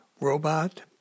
Robot